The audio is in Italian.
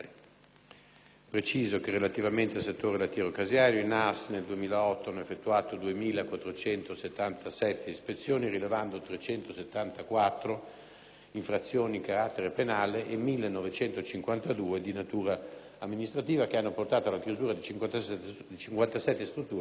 Preciso che, relativamente al settore lattiero-caseario, i NAS nel 2008 hanno effettuato 2.477 ispezioni, rilevando 374 infrazioni di carattere penale e 1.952 di natura amministrativa, che hanno portato alla chiusura di 57 strutture per ragioni